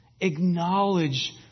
Acknowledge